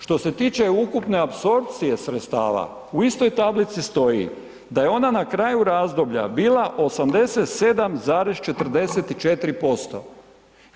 Što se tiče ukupne apsorpcije sredstava, u istoj tablici stoji da je ona na kraju razdoblja bila 87,44%